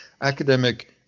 academic